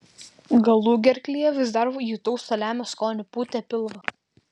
galugerklyje vis dar jutau saliamio skonį pūtė pilvą